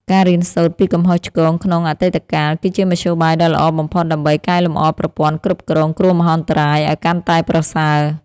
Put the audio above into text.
ការរៀនសូត្រពីកំហុសឆ្គងក្នុងអតីតកាល គឺជាមធ្យោបាយដ៏ល្អបំផុតដើម្បីកែលម្អប្រព័ន្ធគ្រប់គ្រងគ្រោះមហន្តរាយឱ្យកាន់តែប្រសើរ។